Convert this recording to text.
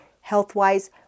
health-wise